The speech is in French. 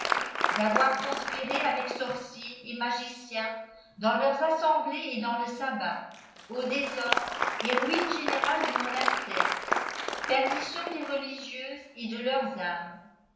d'avoir conspiré avec sorciers et magiciens dans leurs assemblées et dans le sabbat au désordre et ruine générale du monastère perdition des religieuses et de leurs âmes